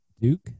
Duke